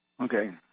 Okay